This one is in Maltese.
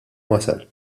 wasal